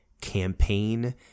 campaign